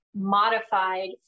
modified